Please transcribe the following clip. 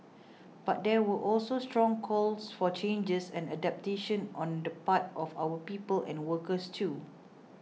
but there were also strong calls for changes and adaptation on the part of our people and workers too